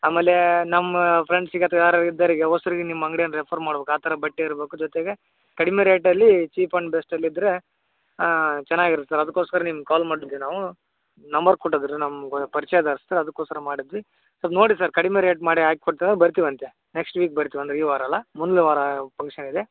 ಆಮೇಲೆ ನಮ್ಮ ಫ್ರೆಂಡ್ಸಿಗೆ ಅಥ್ವಾ ಯಾರಾರೂ ಇದ್ದವ್ರಿಗೆ ಒಸ್ರಿಗ್ ನಿಮ್ಮ ಅಂಗ್ಡಿಯನ್ನು ರೆಫರ್ ಮಾಡ್ಬೇಕ್ ಆ ಥರ ಬಟ್ಟೆ ಇರ್ಬೇಕು ಜೊತೆಗೆ ಕಡಿಮೆ ರೇಟಲ್ಲಿ ಚೀಪ್ ಆ್ಯಂಡ್ ಬೆಸ್ಟಲ್ಲಿದ್ದರೆ ಚನಾಗಿರತ್ತಲ್ಲ ಅದಕ್ಕೋಸ್ಕರ ನಿಮ್ಗೆ ಕಾಲ್ ಮಾಡಿದ್ವಿ ನಾವು ನಂಬರ್ ಕೊಟ್ಟಿದ್ರು ನಮ್ಮ ಪರ್ಚ್ಯಯಸ್ತ್ರು ಅದಕ್ಕೋಸ್ಕರ ಮಾಡಿದ್ವಿ ಸಲ್ಪ ನೋಡಿ ಸರ್ ಕಡಿಮೆ ರೇಟ್ ಮಾಡಿ ಹಾಕ್ ಕೊಡ್ತಿರಾರೆ ಬರ್ತೀವಂತೆ ನೆಕ್ಸ್ಟ್ ವೀಕ್ ಬರ್ತೀವಿ ಅಂದ್ರೆ ಈ ವಾರ ಅಲ್ಲ ಮುಂದಿನ ವಾರ ಫಂಕ್ಷನ್ ಇದೆ